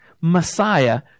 Messiah